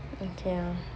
okay lor